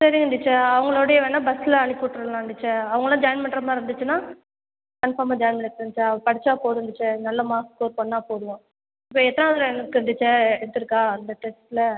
சரிங்க டீச்சர் அவங்களோடே வேணால் பஸ்ஸில் அனுப்பிவுடுருலாம் டீச்சர் அவங்களாம் ஜாயின் பண்ணுற மாதிரி இருந்துச்சுன்னால் கன்ஃபார்மாக ஜாயின் பண்ணி டீச்சர் அவள் படிச்சா போதும் டீச்சர் நல்ல மார்க் ஸ்கோர் பண்ணா போதும் இப்போ எத்தனாவது ரேங்க்கு டீச்சர் எடுத்துருக்கா இந்த டெஸ்ட்டில்